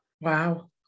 Wow